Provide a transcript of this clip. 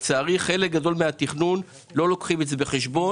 לצערי בחלק גדול מן התכנון לא לוקחים את זה בחשבון.